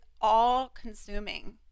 all-consuming